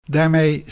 Daarmee